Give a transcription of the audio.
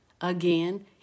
again